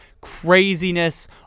craziness